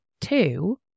two